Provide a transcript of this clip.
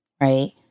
right